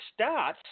stats